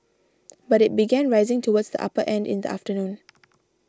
but it began rising towards the upper end in the afternoon